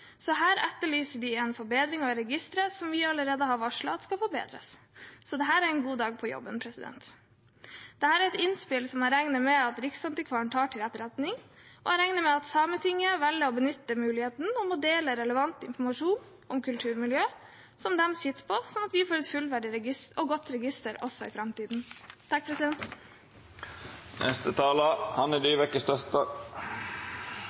etterlyser en forbedring av registre som vi allerede har varslet skal forbedres, så dette er en god dag på jobben. Dette er et innspill som jeg regner med at Riksantikvaren tar til etterretning. Jeg regner med at Sametinget velger å benytte muligheten for å dele relevant informasjon om kulturmiljøer som de sitter på, slik at vi får et fullverdig og godt register også i framtiden.